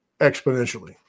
exponentially